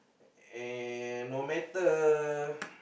and no matter